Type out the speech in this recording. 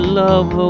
love